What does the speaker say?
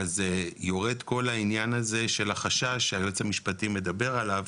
אז יורד כל העניין הזה של החשש שהיועץ המשפטי מדבר עליו.